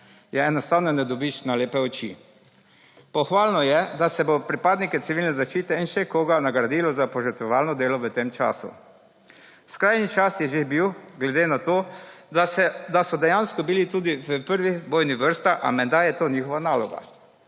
je enostavno ne dobiš na lepe poči. Pohvalno je, da se bo pripadnike civilne zaščite in še koga nagradilo za požrtvovalno delo v tem času. Skrajni čas je že bil glede na to, da so dejansko bili tudi v prvih bojnih vrstah a menda je to njihova naloga.